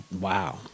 Wow